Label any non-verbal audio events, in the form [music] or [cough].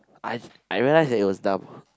I I realise that it was dumb [breath]